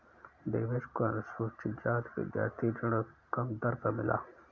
देवेश को अनुसूचित जाति विद्यार्थी ऋण कम दर पर मिला है